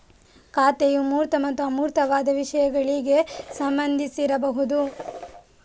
ಖಾತೆಯು ಮೂರ್ತ ಮತ್ತು ಅಮೂರ್ತವಾದ ವಿಷಯಗಳಿಗೆ ಸಂಬಂಧಿಸಿರಬಹುದು